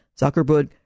Zuckerberg